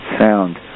Sound